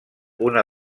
una